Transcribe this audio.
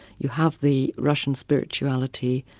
you have the russian spirituality,